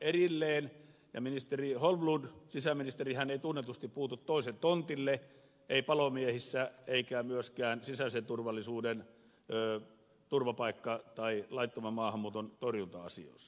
ja ministeri holmlund sisäministerihän ei tunnetusti puutu toisen tontille ei palomiehissä eikä myöskään sisäisen turvallisuuden turvapaikka tai laittoman maahanmuuton torjunta asioissa